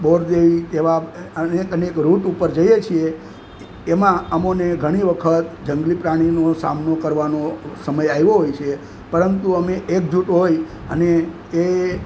બોરજી એવા અનેક અનેક રૂટ ઉપર જઈએ છીએ એમાં અમોને ઘણી વખત જંગલી પ્રાણીઓનો સામનો કરવાનો સમય આવ્યો હોય છે પરંતુ અમે એક જૂથ હોય અને એ